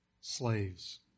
slaves